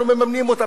אנחנו מממנים אותם.